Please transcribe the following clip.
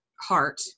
heart